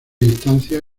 distancia